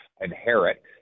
inherit